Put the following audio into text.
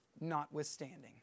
notwithstanding